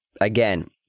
Again